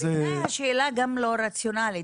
גם לא רציונלית,